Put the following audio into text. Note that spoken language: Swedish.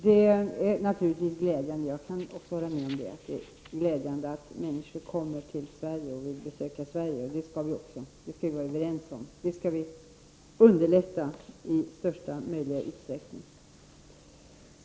Också jag kan hålla med om att det naturligtvis är glädjande att människor kommer till Sverige och vill besöka oss. Det skall vi underlätta i största möjliga utsträckning.